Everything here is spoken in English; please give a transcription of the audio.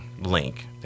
link